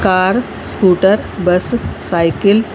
car scooter bus cycle